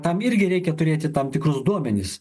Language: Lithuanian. tam irgi reikia turėti tam tikrus duomenis